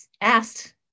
asked